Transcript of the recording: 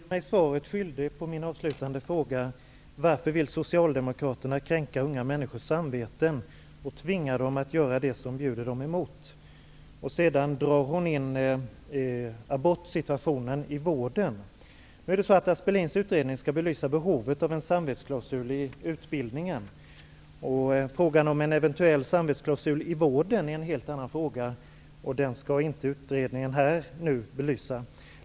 Herr talman! Birthe Sörestedt blir mig svaret skyldig på min avslutande fråga: Varför vill Socialdemokraterna kränka unga människors samveten och tvinga dem att göra det som bjuder dem emot? Sedan drar hon in frågan om abortsituationen i vården. Aspelins utredning skall belysa behovet av en samvetsklausul i utbildningen. Frågan om en eventuell samvetsklausul i vården är en helt annan fråga, och den skall inte den här utredningen belysa.